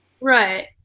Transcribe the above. Right